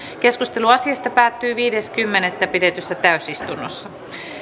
keskustelu asiasta päättyi viides kymmenettä kaksituhattakuusitoista pidetyssä täysistunnossa